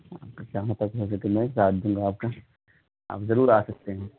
آپ کا جہاں تک ہو سکے میں ساتھ دوں گا آپ کا آپ ضرور آ سکتے ہیں